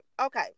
Okay